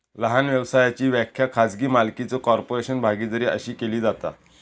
लहान व्यवसायाची व्याख्या खाजगी मालकीचो कॉर्पोरेशन, भागीदारी अशी केली जाता